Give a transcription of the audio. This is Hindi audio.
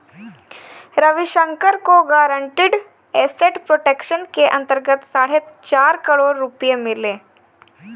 रविशंकर को गारंटीड एसेट प्रोटेक्शन के अंतर्गत साढ़े चार करोड़ रुपये मिले